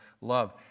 love